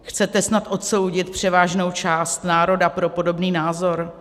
Chcete snad odsoudit převážnou část národa pro podobný názor?